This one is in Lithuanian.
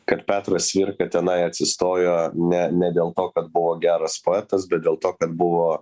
kad petras cvirka tenai atsistojo ne ne dėl to kad buvo geras poetas bet dėl to kad buvo